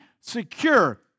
secure